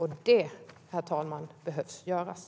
Och det, herr talman, behöver göras.